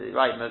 right